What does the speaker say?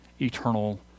eternal